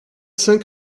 cinq